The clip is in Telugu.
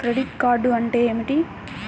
క్రెడిట్ కార్డ్ అంటే ఏమిటి?